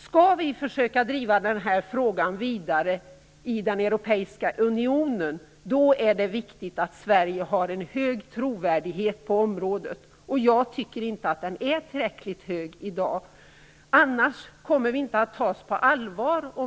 Skall vi försöka att driva denna fråga vidare i den europeiska unionen är det viktigt att Sverige har en hög trovärdighet på området - jag tycker inte att den är tillräckligt hög i dag. Annars kommer vi inte att tas på allvar.